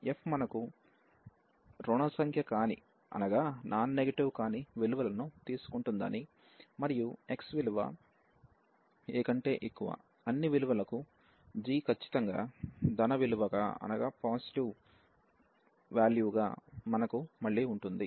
f మనకు ఋణ సంఖ్య కాని విలువలను తీసుకుంటుందని మరియు x విలువ a కంటే ఎక్కువ అన్ని విలువలకు g ఖచ్చితంగా ధన విలువ గా మనకు మళ్ళీ ఉంటుంది